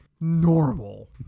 normal